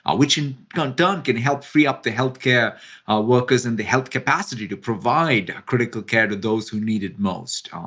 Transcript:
ah which in turn can help free up the healthcare workers in the health capacity to provide critical care to those who need it most. um